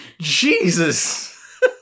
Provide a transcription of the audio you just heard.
Jesus